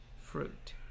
fruit